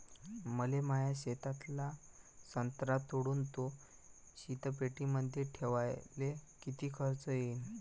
मले माया शेतातला संत्रा तोडून तो शीतपेटीमंदी ठेवायले किती खर्च येईन?